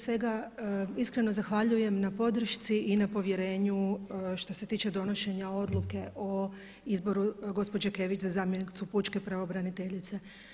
Prije svega iskreno zahvaljujem na podršci i na povjerenju što se tiče donošenja odluke o izboru gospođe Kević za zamjenicu pučke pravobraniteljice.